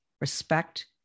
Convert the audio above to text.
respect